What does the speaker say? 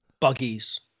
buggies